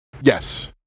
Yes